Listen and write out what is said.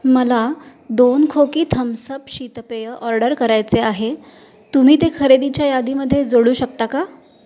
मला दोन खोकी थम्सअप शीतपेय ऑर्डर करायचे आहे तुम्ही ते खरेदीच्या यादीमध्ये जोडू शकता का